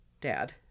dad